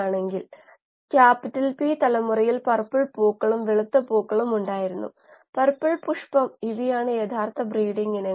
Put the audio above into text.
അല്ലെങ്കിൽ ഷാഫ്റ്റ് വ്യാസം തുല്യമായിരിക്കണം എന്നൊക്കെ നമ്മൾക്ക് പറയാൻ പറ്റില്ല അതിൽ ഒരു യുക്തിയില്ല